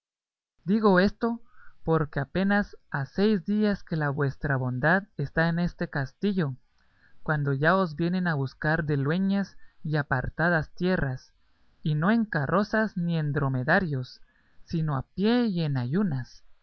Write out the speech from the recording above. digo esto porque apenas ha seis días que la vuestra bondad está en este castillo cuando ya os vienen a buscar de lueñas y apartadas tierras y no en carrozas ni en dromedarios sino a pie y en ayunas